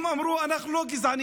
הם אמרו: אנחנו לא גזענים.